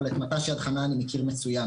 אבל את מט"ש יד חנה אני מכיר מצוין,